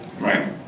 Right